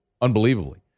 Unbelievably